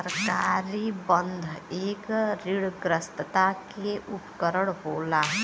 सरकारी बन्ध एक ऋणग्रस्तता के उपकरण होला